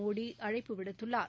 மோடி அழைப்பு விடுத்துள்ளார்